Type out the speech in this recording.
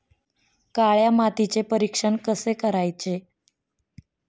काळ्या मातीचे परीक्षण कसे करायचे?